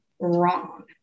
wrong